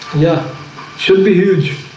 yeah should be huge